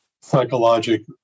psychologic